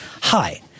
hi